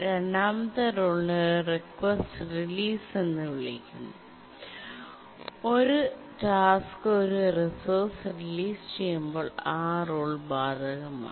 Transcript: രണ്ടാമത്തെ റൂളിനെ ഒരു റിക്വസ്റ്റ് റിലീസ് റൂൾ എന്ന് വിളിക്കുന്നു ഒരു ടാസ്ക് ഒരു റിസോഴ്സ് റിലീസ് ചെയ്യുമ്പോൾ ഈ റൂൾ ബാധകമാണ്